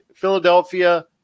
Philadelphia